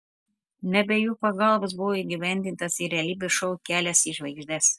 ne be jų pagalbos buvo įgyvendintas ir realybės šou kelias į žvaigždes